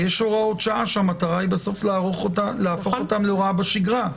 ויש הוראות שעה שהמטרה היא בסוף להפוך אותן להוראה בשגרה.